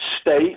state